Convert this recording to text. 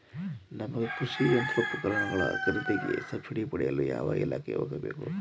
ನಮಗೆ ಕೃಷಿ ಯಂತ್ರೋಪಕರಣಗಳ ಖರೀದಿಗೆ ಸಬ್ಸಿಡಿ ಪಡೆಯಲು ಯಾವ ಇಲಾಖೆಗೆ ಹೋಗಬೇಕು?